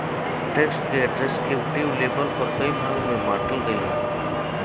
tax के descriptive label पर कई भाग में बॉटल गईल बा